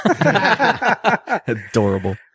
Adorable